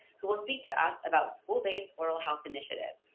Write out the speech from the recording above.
who will speak to us about school based oral health initiatives.